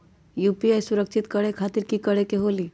UPI सुरक्षित करे खातिर कि करे के होलि?